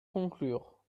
conclure